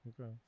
Okay